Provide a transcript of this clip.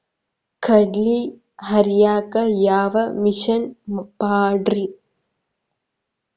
ಕಡ್ಲಿ ಹರಿಯಾಕ ಯಾವ ಮಿಷನ್ ಪಾಡ್ರೇ?